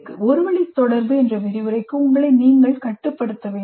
ஒரு வழி தொடர்பு என்று விரிவுரைக்கு உங்களை நீங்கள் கட்டுப்படுத்த வேண்டாம்